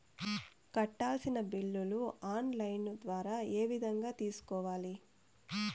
కట్టాల్సిన బిల్లులు online ద్వారా ఏ విధంగా తెలుసుకోవాలి?